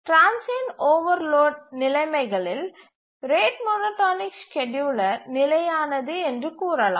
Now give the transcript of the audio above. transient overload நிலைமைகளின் கீழ் rate monotonic scheduler நிலையானது என்று கூறலாம்